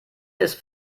ist